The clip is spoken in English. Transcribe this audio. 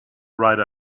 write